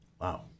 Wow